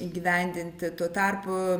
įgyvendinti tuo tarpu